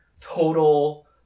total